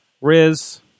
Riz